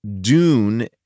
Dune